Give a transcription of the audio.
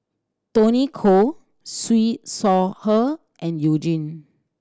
Tony Khoo Siew Shaw Her and You Jin